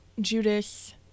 judas